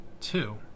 Two